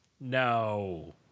no